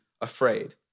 afraid